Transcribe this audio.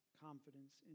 confidence